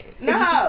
No